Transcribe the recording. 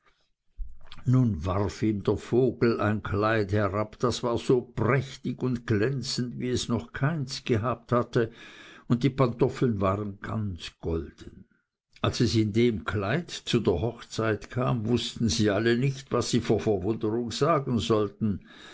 nun warf ihm der vogel ein kleid herab das war so prächtig und glänzend wie es noch keins gehabt hatte und die pantoffeln waren ganz golden als es in dem kleid zu der hochzeit kam wußten sie alle nicht was sie vor verwunderung sagen sollten